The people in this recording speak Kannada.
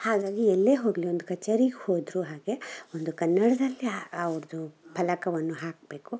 ಹಾಗಾಗಿ ಎಲ್ಲಿಯೇ ಹೋಗಲಿ ಒಂದು ಕಚೇರಿಗೆ ಹೋದರೂ ಹಾಗೆ ಒಂದು ಕನ್ನಡದಲ್ಲೆ ಅವ್ರದ್ದು ಫಲಕವನ್ನು ಹಾಕಬೇಕು